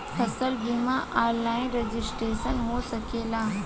फसल बिमा online registration हो सकेला?